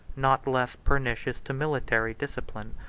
not less pernicious to military discipline,